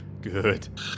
good